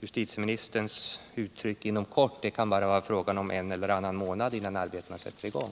justitieministerns uttryck ”inom kort” innebär att det är fråga om endast en eller annan månad innan arbetena sätts i gång.